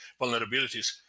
vulnerabilities